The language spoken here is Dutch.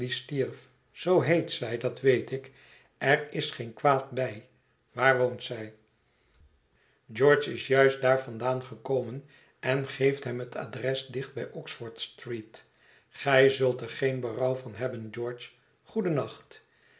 zoo heet zij dat weet ik er is geen kwaad bij waar woont zij mijnheer bucket vervolgt zijne navorsghingen george is juist daar van daan gekomen en geeft hem het adres dicht bij o x f o r d-s t r e e t gij zult er geen berouw van hebben george